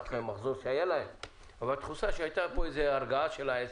שהייתה הרגעה של העסק.